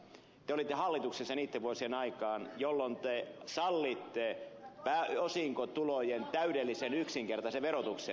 te olitte hallituksessa niitten vuosien aikaan jolloin te sallitte osinkotulojen täydellisen yksinkertaisen verotuksen